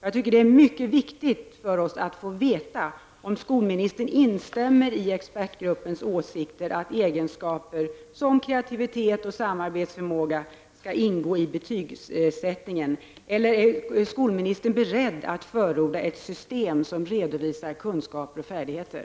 Jag tycker att det är mycket viktigt för oss att få veta om skolmininistern instämmer i expertgruppens åsikt att egenskaper som kreativitet och samarbetsförmåga skall ingå i betygsättningen. Eller är skolministern beredd att förorda ett system som redovisar kunskaper och färdigheter?